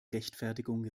rechtfertigung